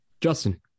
Justin